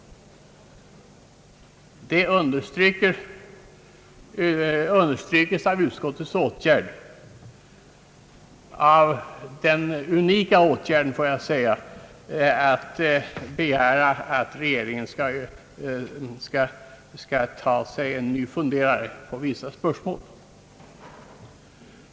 Det understrykes av utskottets unika åtgärd att begära att regeringen skall ta sig en ny funderare på vissa spörsmål.